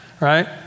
right